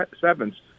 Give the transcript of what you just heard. Sevens